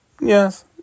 yes